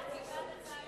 מי שמצביע בעד?